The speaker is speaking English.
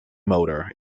motor